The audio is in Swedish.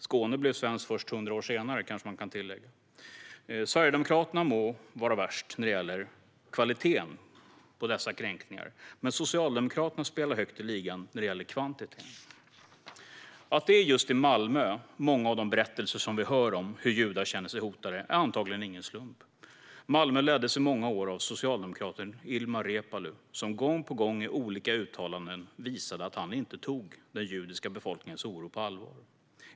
Skåne blev svenskt först hundra år senare, kanske man kan tillägga. Sverigedemokraterna må vara värst när det gäller kvaliteten på dessa kränkningar, men Socialdemokraterna spelar högt i ligan när det gäller kvantiteten. Att många av de berättelser vi hör om hur judar känner sig hotade kommer från Malmö är antagligen ingen slump. Malmö leddes i många år av socialdemokraten Ilmar Reepalu som gång på gång i olika uttalanden visade att han inte tog den judiska befolkningens oro på allvar.